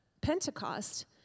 Pentecost